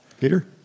Peter